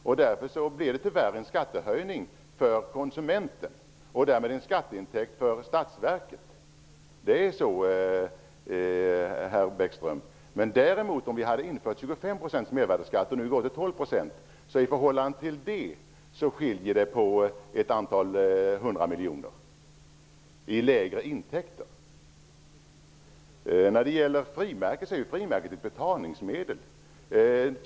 Det blir därför tyvärr en skattehöjning för konsumenten och därmed en skatteintäkt för statsverket. Det är så, herr Bäckström. Om vi däremot hade infört 25 % mervärdesskatt i stället för 12 %, skulle det ha blivit en skillnad på ett antal hundra miljoner i form av lägre intäkter. Frimärket är ju ett betalningsmedel.